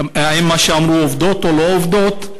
האם מה שאמרו אלה עובדות או לא עובדות,